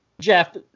Jeff